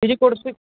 ਜੀ ਕੁਰਸੀ